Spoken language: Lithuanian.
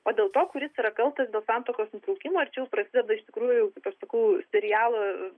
o dėl to kuris yra kaltas dėl santuokos nutraukimo ir čia jau prasideda iš tikrųjų aš sakau serialo